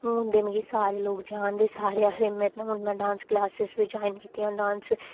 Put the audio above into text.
हू'न ते मिगी सारे लोक जानदे सारे आखदे में हू'न में डांस क्लासेस बी ज्वॉइन कीतियां डांस